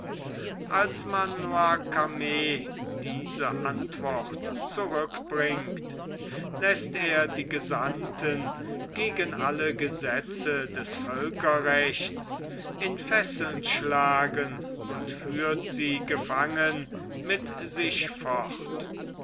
als man noircarmes diese antwort zurückbringt läßt er die gesandten gegen alle gesetze des völkerrechts in fesseln schlagen und führt sie gefangen mit sich fort